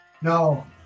No